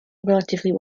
relatively